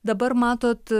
dabar matot